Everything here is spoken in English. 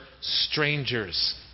strangers